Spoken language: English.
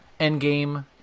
Endgame